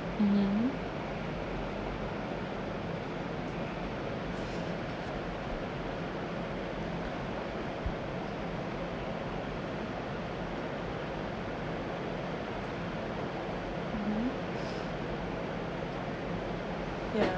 mmhmm mmhmm yeah